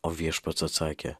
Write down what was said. o viešpats atsakė